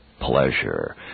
pleasure